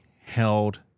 held